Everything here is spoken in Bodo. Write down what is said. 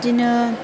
दिनो